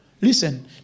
Listen